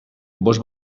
bost